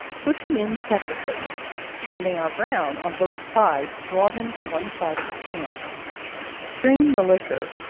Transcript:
put them in separately when they are brown on both sides, draw them to one side of the pan strain the liquor,